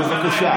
בבקשה.